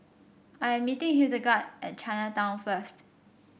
I am meeting Hildegard at Chinatown first